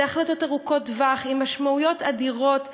אלו החלטות לטווח ארוך עם משמעויות אדירות למשק,